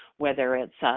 whether it's,